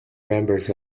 members